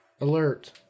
alert